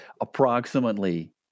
approximately